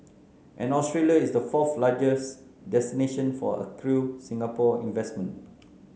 and Australia is the fourth largest destination for accrued Singapore investment